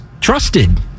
trusted